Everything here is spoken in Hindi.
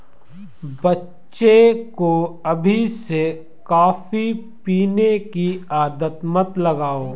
बच्चे को अभी से कॉफी पीने की आदत मत लगाओ